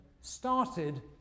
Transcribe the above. started